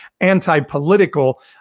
anti-political